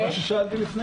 זה מה ששאלתי לפני